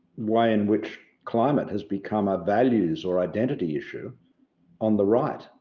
way in which climate has become a values or identity issue on the right,